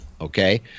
Okay